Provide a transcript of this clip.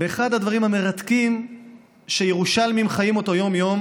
באחד הדברים המרתקים שירושלמים חיים אותו יום-יום,